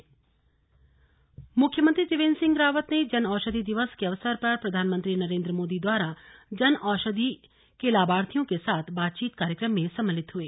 कार्यक्रम मुख्यमंत्री त्रिवेन्द्र सिंह रावत ने जन औषधि दिवस के अवसर पर प्रधानमंत्री नरेन्द्र मोदी द्वारा जन औषधि के लाभार्थियों के साथ बातचीत कार्यक्रम में सम्मिलित हुए